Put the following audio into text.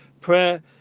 Prayer